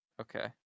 Okay